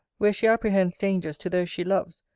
where she apprehends dangers to those she loves,